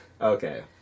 Okay